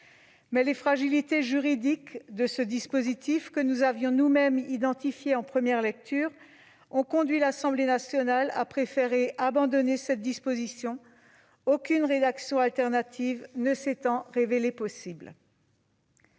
Les fragilités juridiques de ce dispositif, que nous avions nous-mêmes identifiées en première lecture, ont conduit l'Assemblée nationale à préférer l'abandonner, aucune rédaction alternative ne s'étant révélée possible.